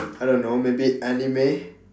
I don't know maybe anime